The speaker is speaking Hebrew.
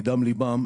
מדם ליבם,